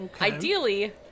Ideally